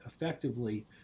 effectively